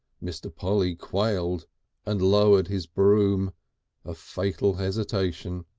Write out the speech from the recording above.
mr. polly quailed and lowered his broom a fatal hesitation.